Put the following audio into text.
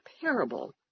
parable